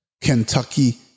Kentucky